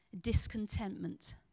discontentment